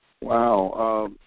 Wow